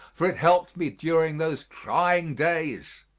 for it helped me during those trying days.